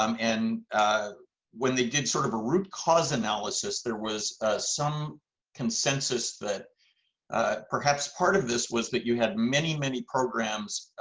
um and ah when they did sort of a root-cause analysis, there was some consensus that perhaps part of this was that you have many many programs,